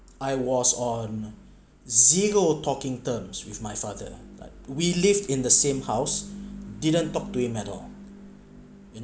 I was on zero talking terms with my father but we lived in the same house didn't talk to him at all you know